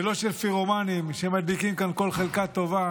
ולא של פירומנים שמדליקים כאן כל חלקה טובה